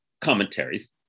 commentaries